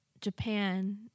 Japan